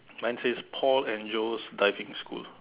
mine says Paul and Joe's diving school